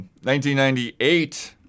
1998